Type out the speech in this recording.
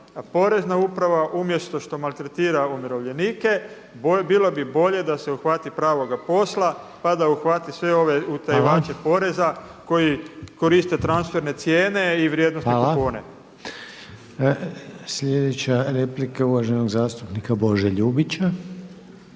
Porezna uprava umjesto što maltretira umirovljenike bilo bi bolje da se uhvati pravoga posla, pa da uhvati sve ove utajivače poreza koji koriste transferne cijene i vrijednosne kupone. **Reiner, Željko (HDZ)** Hvala. Sljedeća replika je uvaženog zastupnika Bože Ljubića.